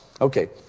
okay